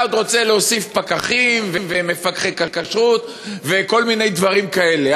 אתה עוד רוצה להוסיף פקחים ומפקחי כשרות וכל מיני דברים כאלה.